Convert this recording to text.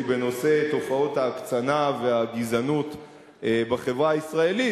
בנושא תופעות ההקצנה והגזענות בחברה הישראלית,